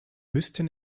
müssten